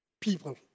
people